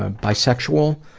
ah bisexual,